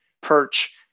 Perch